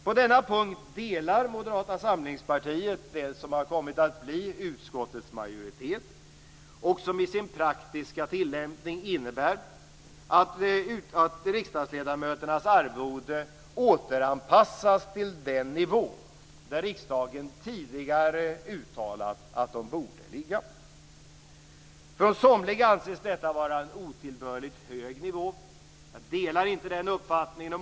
På denna punkt delar Moderata samlingspartiet, som har kommit att bli utskottets majoritet och som i sin praktiska tillämpning innebär att riksdagsledamöternas arvoden återanpassas till den nivå där riksdagen tidigare uttalat att de borde ligga. Av somliga anses detta vara en otillbörligt hög nivå. Jag delar inte den uppfattningen.